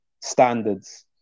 standards